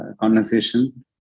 conversation